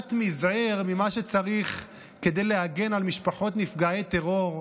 מעט מזעיר ממה שצריך כדי להגן על משפחות נפגעי טרור.